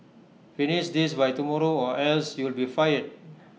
finish this by tomorrow or else you'll be fired